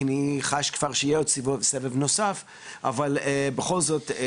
כי אני חש כבר בתוכי שאנחנו נתכנס כאן לסבב נוסף ולדיון נוסף